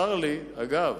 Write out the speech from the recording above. אגב,